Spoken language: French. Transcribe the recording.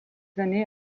années